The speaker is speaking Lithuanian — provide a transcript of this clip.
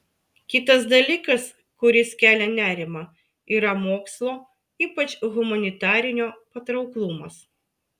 kitas dalykas kuris kelia nerimą yra mokslo ypač humanitarinio patrauklumas